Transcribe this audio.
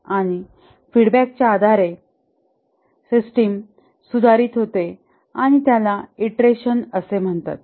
आणि फीडबॅकाच्या आधारे सिस्टम सुधारित होते आणि त्याला इटरेशन म्हणतात